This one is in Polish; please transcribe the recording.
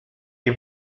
jej